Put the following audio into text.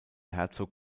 herzog